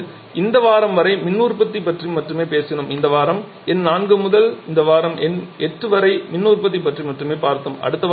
இப்போது இந்த வாரம் வரை மின் உற்பத்தி பற்றி மட்டுமே பேசினோம் இந்த வாரம் எண் 4 முதல் இந்த வாரம் எண் 8 வரை மின் உற்பத்தி பற்றி மட்டுமே பார்த்தோம்